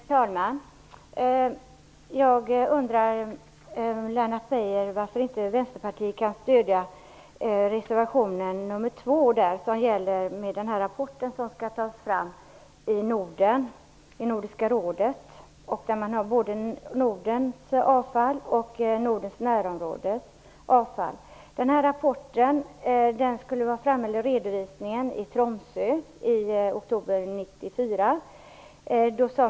Herr talman! Jag undrar, Lennart Beijer, varför Vänsterpartiet inte kan stödja reservation nr 2 som handlar om den rapport som skall tas fram i Nordiska rådet om både Nordens och det nordiska närområdets avfall. Rapporten skulle föreligga för redovisning i Tromsö i oktober 1994.